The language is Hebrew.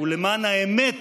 ולמען האמת,